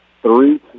Three